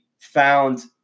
found